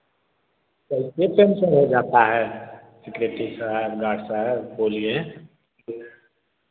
कैसे पंचर हो जाता है सिक्रेटी साहब गार्ड साहब बोलिए